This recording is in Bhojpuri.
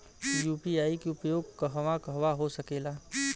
यू.पी.आई के उपयोग कहवा कहवा हो सकेला?